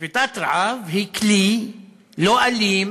שביתת רעב היא כלי לא אלים